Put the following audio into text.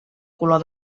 color